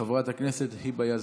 חברת הכנסת היבה יזבק,